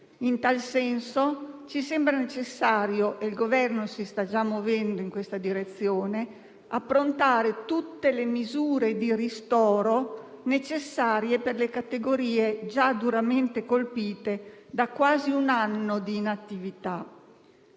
In tal senso, ci sembra necessario - e il Governo si sta già muovendo in questa direzione - approntare tutte le misure di ristoro necessarie per le categorie già duramente colpite da quasi un anno di inattività.